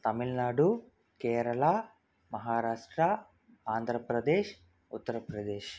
Tamil Nadu Kerala Maharashtra Andhra Pradesh Uttar Pradesh